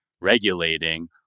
regulating